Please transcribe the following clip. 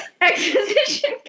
Exposition